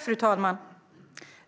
Fru talman!